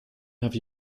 have